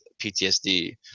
PTSD